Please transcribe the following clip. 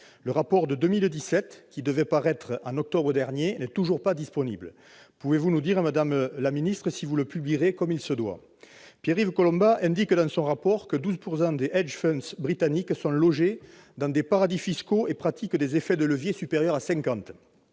le rapport de 2017, qui devait paraître en octobre dernier, n'est toujours pas disponible. Pouvez-vous nous dire, madame la secrétaire d'État, si vous le publierez comme il se doit ? Pierre-Yves Collombat indique dans son rapport que 12 % des britanniques sont logés dans des paradis fiscaux et pratiquent des effets de levier supérieurs à 50.